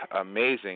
amazing